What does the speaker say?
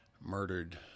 murdered